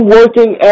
working